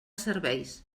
serveis